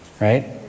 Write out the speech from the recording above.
right